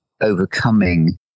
overcoming